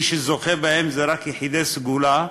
מי שזוכה בהם זה רק יחידי סגולה,